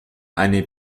eine